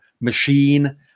machine